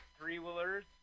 three-wheelers